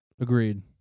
Agreed